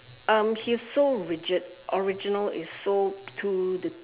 um he is so rigid original is so to the